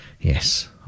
yes